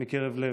מקרב לב.